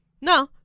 No